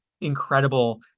incredible